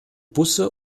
busse